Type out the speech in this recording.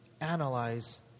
Analyze